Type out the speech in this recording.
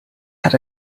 had